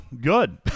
good